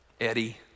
Eddie